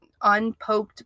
unpoked